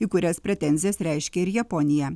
į kurias pretenzijas reiškia ir japonija